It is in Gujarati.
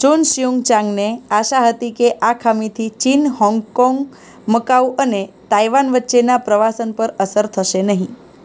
ચોન સિયુંગ ચાંગને આશા હતી કે આ ખામીથી ચીન હોંગકોંગ મકાઉ અને તાઇવાન વચ્ચેના પ્રવાસન પર અસર થશે નહીં